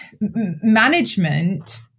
management